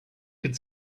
could